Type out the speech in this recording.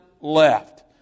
left